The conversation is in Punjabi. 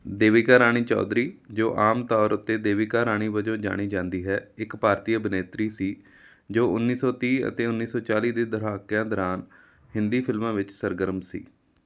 ਦੇਵਿਕਾ ਰਾਣੀ ਚੌਧਰੀ ਜੋ ਆਮ ਤੌਰ ਉੱਤੇ ਦੇਵਿਕਾ ਰਾਣੀ ਵਜੋਂ ਜਾਣੀ ਜਾਂਦੀ ਹੈ ਇੱਕ ਭਾਰਤੀ ਅਭਿਨੇਤਰੀ ਸੀ ਜੋ ਉੱਨੀ ਸੌ ਤੀਹ ਅਤੇ ਉੱਨੀ ਸੌ ਚਾਲੀ ਦੇ ਦਹਾਕਿਆਂ ਦੌਰਾਨ ਹਿੰਦੀ ਫਿਲਮਾਂ ਵਿੱਚ ਸਰਗਰਮ ਸੀ